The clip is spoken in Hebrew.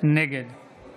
נגד